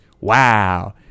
wow